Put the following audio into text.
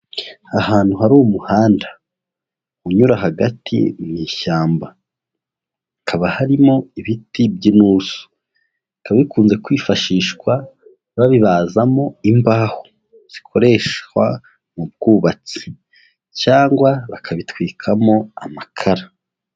Ahantu hari umuhanda unyura hagati mu ishyamba hakaba harimo ibiti by'inusu bikaba bikunze kwifashishwa babibazamo imbaho zikoreshwa mu bwubatsi cyangwa bakabitwikamo amakara.